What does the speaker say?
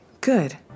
good